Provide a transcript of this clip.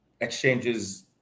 exchanges